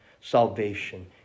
salvation